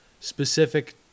specific